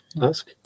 ask